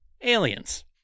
aliens